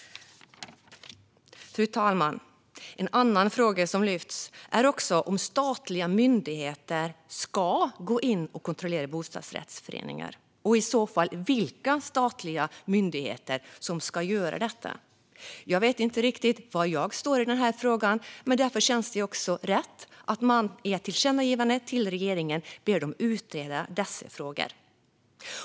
Fru talman! En annan fråga som lyfts upp är om statliga myndigheter ska gå in och kontrollera bostadsrättsföreningar och vilka statliga myndigheter som i så fall ska göra det. Jag vet inte riktigt var jag står i denna fråga, och därför känns det bra att utskottet i sitt tillkännagivande ber regeringen utreda dessa frågor.